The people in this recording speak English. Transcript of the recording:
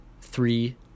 three